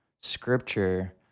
scripture